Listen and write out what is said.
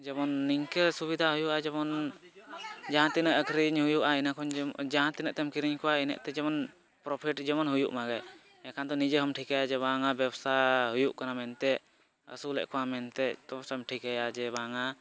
ᱡᱮᱢᱚᱱ ᱱᱤᱝᱠᱟᱹ ᱥᱩᱵᱤᱫᱷᱟ ᱦᱩᱭᱩᱜᱼᱟ ᱡᱮᱢᱚᱱ ᱡᱟᱦᱟᱸ ᱛᱤᱱᱟᱹᱜ ᱟᱹᱠᱷᱨᱤᱧ ᱦᱩᱭᱩᱜᱼᱟ ᱤᱱᱟᱹ ᱠᱷᱚᱱ ᱡᱮᱢᱚᱱ ᱡᱟᱦᱟᱸ ᱛᱤᱱᱟᱹᱜ ᱛᱮᱢ ᱠᱤᱨᱤᱧ ᱠᱚᱣᱟ ᱤᱱᱟᱹᱛᱮ ᱡᱮᱢᱚᱱ ᱯᱨᱚᱯᱷᱤᱴ ᱡᱮᱢᱚᱱ ᱦᱩᱭᱩᱜ ᱢᱟᱜᱮ ᱮᱸᱰᱮᱠᱷᱟᱱ ᱫᱚ ᱱᱤᱡᱮ ᱦᱚᱸᱢ ᱴᱷᱤᱠᱟᱹᱭᱟ ᱵᱟᱝᱟ ᱵᱮᱵᱽᱥᱟ ᱦᱩᱭᱩᱜ ᱠᱟᱱᱟ ᱢᱮᱱᱛᱮ ᱟᱹᱥᱩᱞᱮᱜ ᱠᱚᱣᱟ ᱢᱮᱱᱛᱮ ᱛᱚᱵᱮ ᱥᱮᱢ ᱴᱷᱤᱠᱟᱹᱭᱟ ᱡᱮ ᱵᱟᱝᱟ